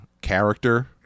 character